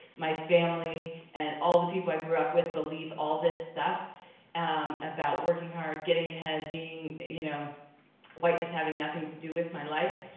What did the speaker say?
my family and all the people i grew up with believe all this stuff um about working hard, getting ahead, you know whiteness having nothing to do with my life.